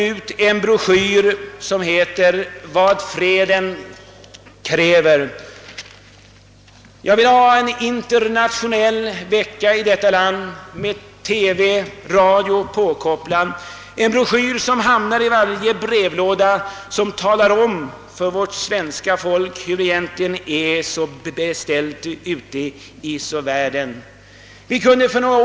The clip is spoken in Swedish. I en motion har jag föreslagit att man skall ge ut en broschyr med titeln »Vad freden kräver». Denna broschyr skulle hamna i varje brevlåda och tala om för svenska folket hur det egentligen är beställt ute i världen. Vi kunde för några.